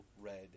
red